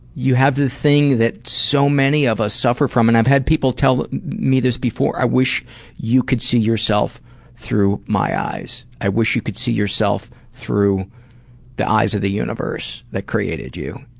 have the thing that so many of us suffer from. and i've had people tell me this before, i wish you could see yourself through my eyes. i wish you could see yourself through the eyes of the universe that created you